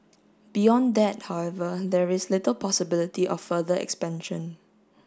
beyond that however there is little possibility of further expansion